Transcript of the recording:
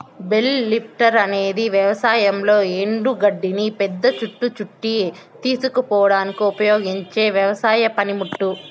bale lifter అనేది వ్యవసాయంలో ఎండు గడ్డిని పెద్ద చుట్ట చుట్టి తీసుకుపోవడానికి ఉపయోగించే వ్యవసాయ పనిముట్టు